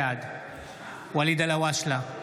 בעד ואליד אלהואשלה,